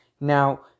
now